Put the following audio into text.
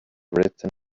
written